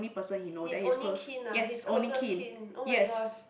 his only kin ah his closest kin [oh]-my-gosh